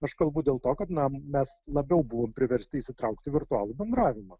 aš kalbu dėl to kad na mes labiau buvom priversti įsitraukti į virtualų bendravimą